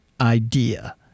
Idea